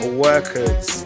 workers